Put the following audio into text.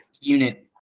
unit